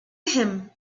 him